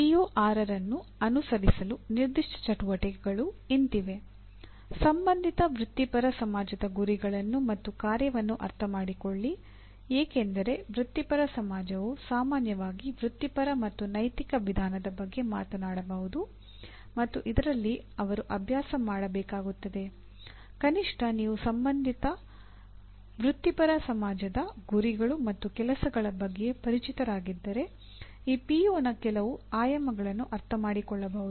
ಪಿಒ6 ಅನ್ನು ಕೆಲವು ಆಯಾಮಗಳನ್ನು ಅರ್ಥಮಾಡಿಕೊಳ್ಳಬಹುದು